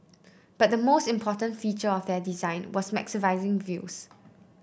but the most important feature of their design was maximising views